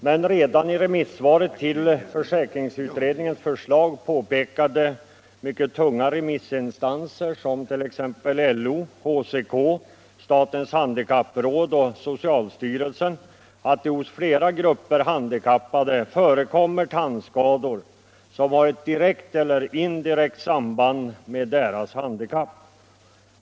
Men redan i remissvaren till försäkringsutredningens förslag påpekade mycket tunga remissinstanser, som t.ex. LO, HCK, statens handikappråd och socialstyrelsen att det hos flera grupper handikappade förekommer tandskador som har ett direkt eller indirekt samband med deras handikapp.